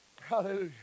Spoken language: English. Hallelujah